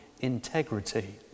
integrity